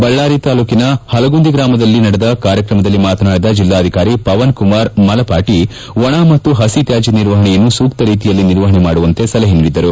ಬಳ್ಳಾರಿ ತಾಲೂಕಿನ ಪಲಕುಂದಿ ಗ್ರಾಮದಲ್ಲಿ ನಡೆದ ಕಾರ್ಯಕ್ರಮದಲ್ಲಿ ಉದ್ಘಾಟಿಸಿ ಮಾತನಾಡಿದ ಜಿಲ್ಲಾಧಿಕಾರಿ ಪವನ್ ಕುಮಾರ್ ಮಲಪಾಟಿ ಒಣ ಮತ್ತು ಹಸಿ ತ್ಯಾಜ್ಞ ನಿರ್ವಹಣೆಯನ್ನು ಸೂಕ್ತ ರೀತಿಯಲ್ಲಿ ನಿರ್ವಹಣೆ ಮಾಡುವಂತೆ ಸಲಹೆ ನೀಡಿದರು